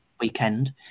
weekend